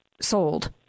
sold